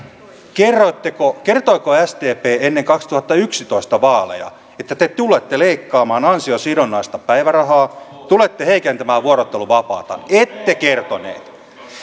kertoiko sdp ennen kaksituhattayksitoista vaaleja että te tulette leikkaamaan ansiosidonnaista päivärahaa tulette heikentämään vuorotteluvapaata ette kertoneet